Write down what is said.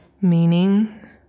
Meaning